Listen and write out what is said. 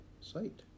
site